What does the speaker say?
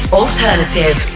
alternative